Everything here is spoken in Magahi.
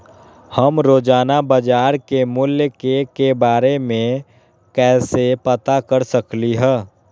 हम रोजाना बाजार के मूल्य के के बारे में कैसे पता कर सकली ह?